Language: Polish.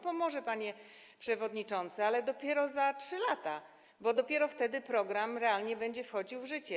Pomoże, panie przewodniczący, ale dopiero za 3 lata, bo dopiero wtedy program realnie będzie wchodził w życie.